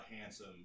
handsome